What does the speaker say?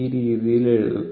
ഈ രീതിയിൽ എഴുതുക